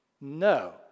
No